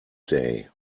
day